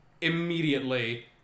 immediately